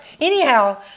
anyhow